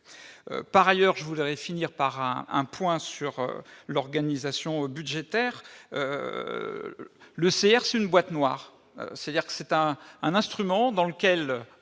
par ailleurs, je voudrais finir par un un point sur l'organisation budgétaire le CRC une boîte noire, c'est-à-dire que c'est un un instrument dans lequel